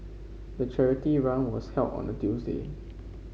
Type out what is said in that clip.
the charity run was held on a Tuesday